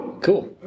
Cool